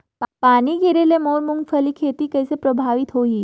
पानी गिरे ले मोर मुंगफली खेती कइसे प्रभावित होही?